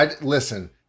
Listen